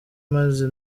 maze